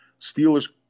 Steelers